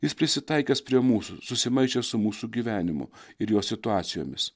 jis prisitaikęs prie mūsų susimaišęs su mūsų gyvenimu ir jo situacijomis